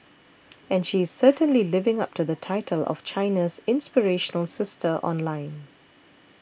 and she is certainly living up to the title of China's inspirational sister online